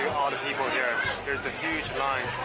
the people here there's a huge line